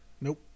Nope